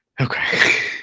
Okay